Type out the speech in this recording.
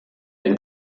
den